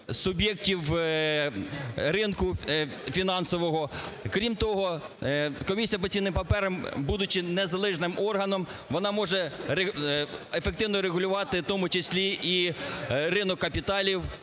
суб'єктів ринку фінансового. Крім того, Комісія по цінним паперам, будучи незалежним органом, вона може ефективно регулювати в тому числі і ринок капіталів.